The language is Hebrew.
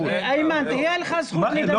--- איימן, תהייה לך זכות לדבר.